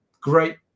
great